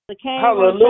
Hallelujah